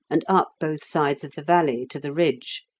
and up both sides of the valley to the ridge.